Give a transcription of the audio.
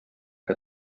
que